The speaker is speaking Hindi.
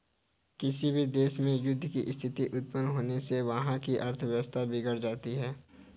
किसी भी देश में युद्ध की स्थिति उत्पन्न होने से वहाँ की अर्थव्यवस्था बिगड़ जाती है